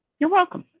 you're welcome.